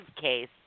case